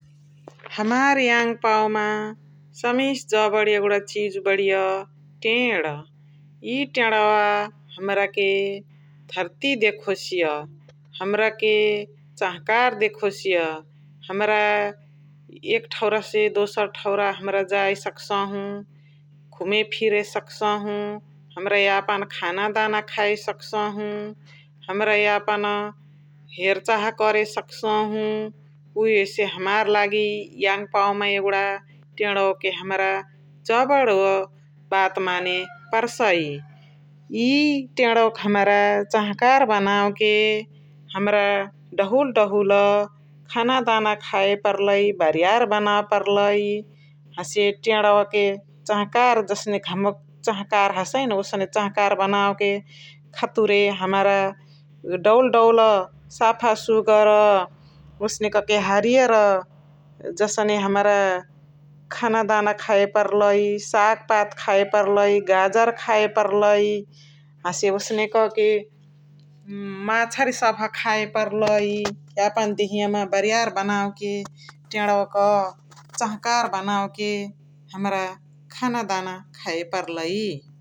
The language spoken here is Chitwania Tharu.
हमार यङ्पावा मा सबिसे जबड बरिय टेण । इ टेणवा हमरा क घर्ती देखोसिय हमरा क चहकार देखोसिय हमरा एक ठौरा से दोसर ठौरा हमरा जइ सकसहु, घुमे फिइरे सकसहु, हमरा यापन खाना दाना खाय सकसहु, हमरा यापन हेर्चाहा करे सकसहु उहेसे हमरा लागि यङ्पावा मा यागुडा टेणवा हमरा जबड बात माने परसै । इ टेणवा के हमरा चहकार बनाउ के हमरा दहुल दहुल खाना दाना खाय पर्लइ बरियार बनवे पर्लइ हसे टेणवा के चहकार जसने घमवाक चहकार हसए न ओसने चहकार बनाउ के खतुरे दहुल दहुल साफा सुगर ओसने कह के हरियार जसने हमरा खाना दाना खाय पर्लइ, साग्पात खाय पर्लइ, गाजर खाय पर्लइ, हसे ओसने क के माछरी खाय पर्लइ । यापन देहिया मा बरियार बनाउ के टेणवा के चहकार हमरा खाना दाना खाय पर्लइ ।